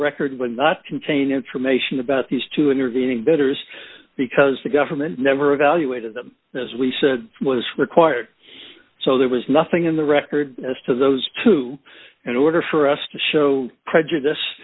record would not contain information about these two intervening bidders because the government never evaluated them as we said was required so there was nothing in the record as to those two in order for us to show prejudice